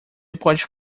pode